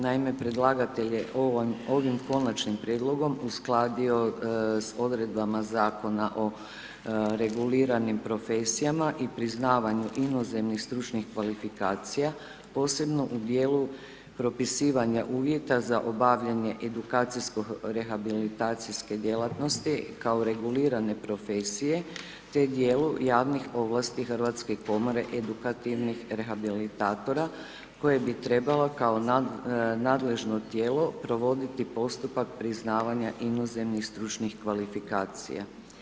Naime, predlagatelj je ovim konačnim prijedlogom uskladio s odredbama Zakona o reguliranim profesijama i priznavanju inozemnih stručnih kvalifikacija posebno u dijelu propisivanja uvjeta za obavljanje edukacijsko rehabilitacijske djelatnosti kao regulirane profesije te dijelu javnih ovlasti Hrvatske komore edukativnih rehabilitatora koje bi trebalo kao nadležno tijelo provoditi postupak priznavanja inozemnih stručnih kvalifikacija.